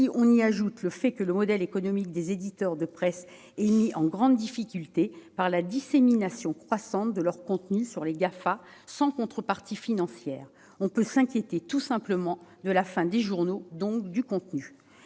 l'on y ajoute le fait que le modèle économique des éditeurs de presse est mis en grande difficulté par la dissémination croissante de leur contenu sur les GAFA sans contrepartie financière, on peut tout simplement s'inquiéter de la fin des journaux et, donc, du contenu.